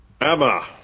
Emma